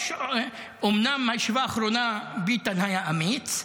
אומנם בישיבה האחרונה ביטן היה אמיץ,